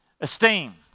esteem